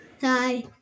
Hi